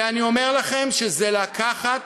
ואני אומר לכם שזה לקחת,